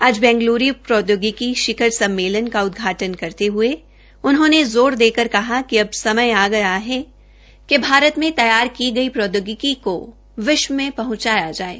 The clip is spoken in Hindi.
आज बैगल्रू प्रौद्योगिकी शिखर सम्मेलन का उदघाटन करते हये उन्होंने जोर देकर कहा कि अब समय आ गया है कि भारतमें तैयार की गई प्रौद्योगिकी को विश्व में पहंचाया जाये